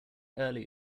early